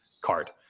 card